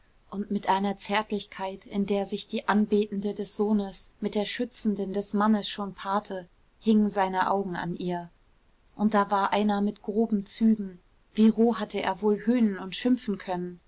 und mit einer zärtlichkeit in der sich die anbetende des sohnes mit der schützenden des mannes schon paarte hingen seine augen an ihr und da war einer mit groben zügen wie roh hatte er wohl höhnen und schimpfen können